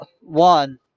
one